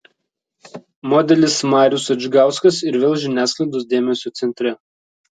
modelis marius adžgauskas ir vėl žiniasklaidos dėmesio centre